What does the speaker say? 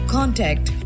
Contact